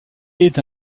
est